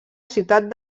ciutat